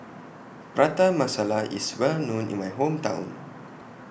Prata Masala IS Well known in My Hometown